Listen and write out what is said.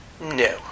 No